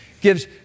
gives